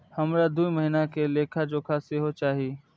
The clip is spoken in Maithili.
हमरा दूय महीना के लेखा जोखा सेहो चाही